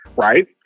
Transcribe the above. Right